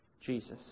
Jesus